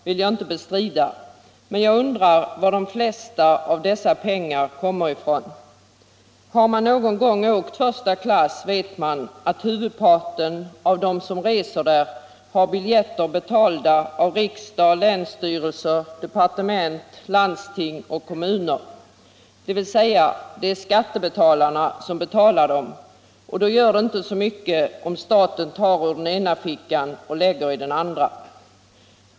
Jag vill inte bestrida att så skulle bli fallet, men jag undrar varifrån större delen av dessa pengar kommer: Har man någon gång åkt första klass vet man att huvudparten av dem som reser där får sina biljetter betalda av riksdag, länsstyrelser, departement. landsting och kommuner. Det är alltså skattebetalarna som betalar biljetterna. Man kan då säga att staten tar pengar ur den ena fickan och lägger dem i den andra, och det hela påverkar alltså inte statens ekonomi.